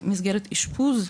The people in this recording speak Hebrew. מסגרת אשפוז,